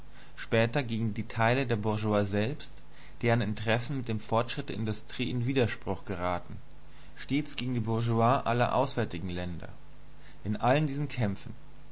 später gegen die teile der bourgeoisie selbst deren interessen mit dem fortschritt der industrie in widerspruch geraten stets gegen die bourgeoisie aller auswärtigen länder in allen diesen kämpfen